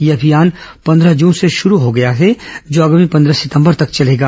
यह अभियान पंद्रह जून से शुरू हो गया है जो आगामी पंद्रह सितंबर तक चलेगा